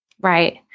Right